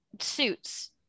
suits